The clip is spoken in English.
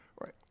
right